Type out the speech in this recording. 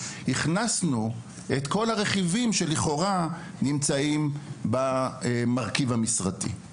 הכנסנו את כל הרכיבים שלכאורה נמצאים במרכיב המשרתי.